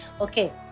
Okay